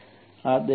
ಸರಿ